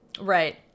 Right